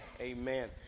Amen